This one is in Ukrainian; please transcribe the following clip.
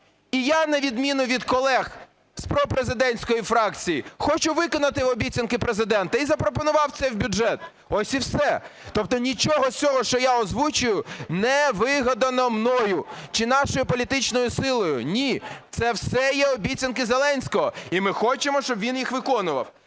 і я, на відміну від колег з пропрезидентської фракції, хочу виконати обіцянки Президента і запропонував це в бюджет. Ось і все. Тобто нічого з цього, що я озвучую, не вигадано мною чи нашою політичною силою, ні. Це все є обіцянки Зеленського і ми хочемо, щоб він їх виконував.